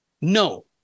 No